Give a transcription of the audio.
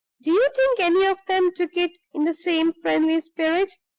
do you think any of them took it in the same friendly spirit?